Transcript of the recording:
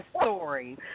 story